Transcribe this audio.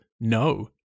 no